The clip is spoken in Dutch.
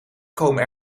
komen